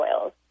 oils